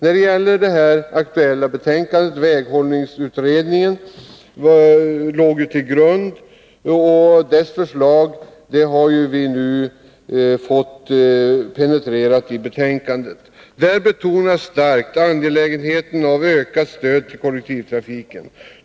I väghållningsutredningens betänkande, som ligger till grund för det utskottsbetänkande vi nu behandlar, betonas starkt angelägenheten av ökat stöd till kollektivtrafiken.